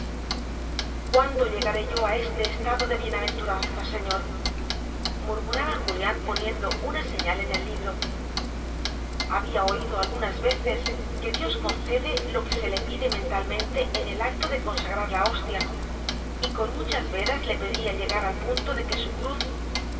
cuándo llegaré yo a este estado de bienaventuranza señor murmuraba julián poniendo una señal en el libro había oído algunas veces que dios concede lo que se le pide mentalmente en el acto de consagrar la hostia y con muchas veras le pedía llegar al punto de que su cruz